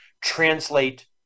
translate